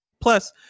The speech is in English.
Plus